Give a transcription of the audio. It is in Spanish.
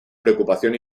preocupación